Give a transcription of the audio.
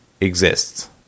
exists